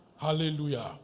Hallelujah